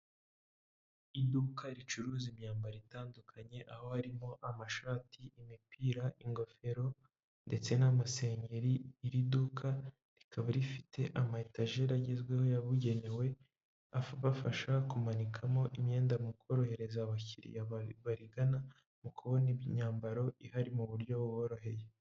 Iduka ricuruza imyambaro itandukanye aho harimo amashati, imipira, ingofero ndetse n'amasengeri. Iri duka rikaba rifite ama etajeri agezweho yabugenewe abafasha kumanikamo imyenda mu korohereza abakiriya barigana mu kubona imyambaro ihari mu buryo buboroheye.